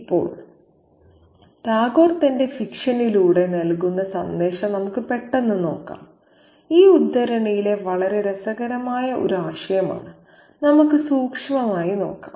ഇപ്പോൾ ടാഗോർ തന്റെ ഫിക്ഷനിലൂടെ നൽകുന്ന സന്ദേശം നമുക്ക് പെട്ടെന്ന് നോക്കാം ഈ ഉദ്ധരണിയിലെ വളരെ രസകരമായ ഒരു ആശയമാണ് നമുക്ക് സൂക്ഷ്മമായി നോക്കാം